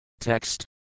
Text